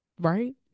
right